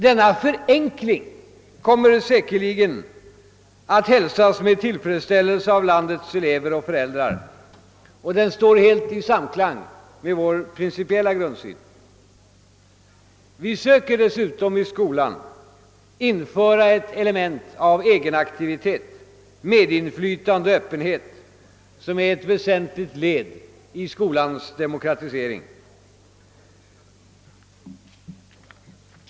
Denna förenkling kommer säkerligen att hälsas med tillfredsställelse av landets elever och föräldrar, och den står helt i samklang med vår principiella grundsyn. Vi försöker dessutom i skolan införa ett element av egenaktivitet, medinflytande och öppenhet, som är ett väsentligt led i skolans demokratisering.